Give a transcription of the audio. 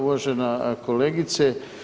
Uvažena kolegice.